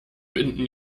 binden